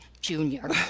Junior